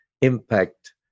impact